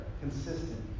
Consistent